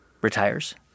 retires